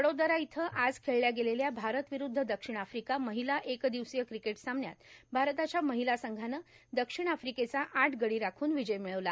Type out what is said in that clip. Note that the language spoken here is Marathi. वडोदरा इथं आज खेळल्या गेलेल्या भारत विरूद्ध दक्षिण आफ्रिका महिला एक दिवसीय क्रिकेट सामन्यात भारताच्या महिला संघानं दक्षिण आफ्रिकेचा आठ गडी राखून विजय मिळविला